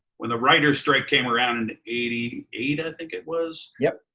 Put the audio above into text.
when the writer's strike came around in eighty eight i think it was yeah